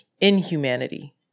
inhumanity